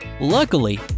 Luckily